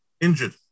injured